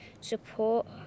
support